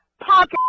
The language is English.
pocket